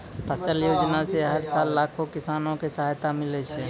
फसल योजना सॅ हर साल लाखों किसान कॅ सहायता मिलै छै